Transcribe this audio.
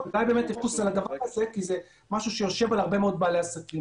אבל זה משהו שיושב על הרבה מאוד בעלי עסקים.